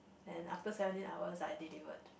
and after seventeen hours I delivered